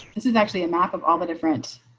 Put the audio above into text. this is actually a map of all the different